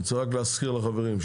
אני רוצה להזכיר לחברים,